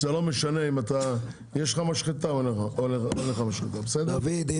זה לא משנה אם יש לך משחטה או אין לך משחטה בסדר?